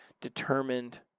determined